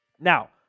Now